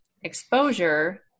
exposure